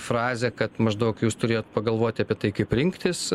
frazę kad maždaug jūs turėjot pagalvoti apie tai kaip rinktis